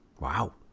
Wow